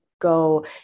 go